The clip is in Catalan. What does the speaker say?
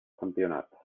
campionat